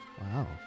Wow